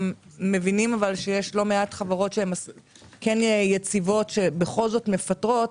מבינים שיש לא מעט חברות יציבות שבכל זאת מפטרות.